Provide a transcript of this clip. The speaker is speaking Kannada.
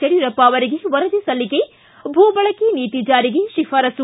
ಯಡಿಯೂರಪ್ಪ ಅವರಿಗೆ ವರದಿ ಸಲ್ಲಿಕೆ ಭೂಬಳಕೆ ನೀತಿ ಜಾರಿಗೆ ಶಿಫಾರಸ್ಸು